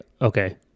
okay